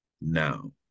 now